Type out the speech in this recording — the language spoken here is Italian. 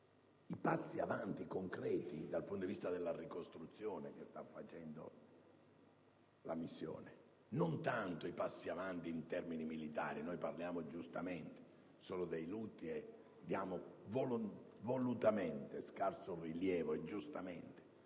i passi avanti concreti, dal punto di vista della ricostruzione che sta compiendo la missione. Non tanto i passi avanti in termini militari: noi parliamo, giustamente, solo dei lutti e diamo, volutamente, scarso rilievo ai successi